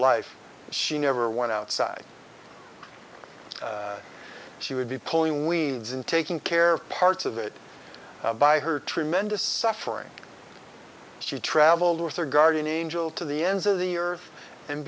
life she never went outside she would be pulling weans in taking care of parts of it by her tremendous suffering she traveled with her guardian angel to the ends of the earth and